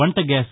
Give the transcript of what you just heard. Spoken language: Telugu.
వంట గ్యాస్